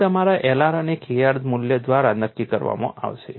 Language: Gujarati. તે તમારા Lr અને Kr મૂલ્ય દ્વારા નક્કી કરવામાં આવશે